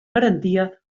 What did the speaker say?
garantia